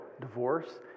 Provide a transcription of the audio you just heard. divorce